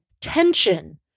tension